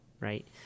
right